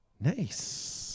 Nice